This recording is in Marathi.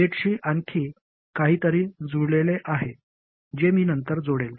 गेटशी आणखी काहीतरी जुळलेले आहे जे मी नंतर जोडेल